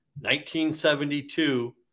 1972